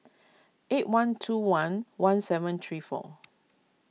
eight one two one one seven three four